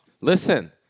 Listen